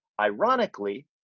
Ironically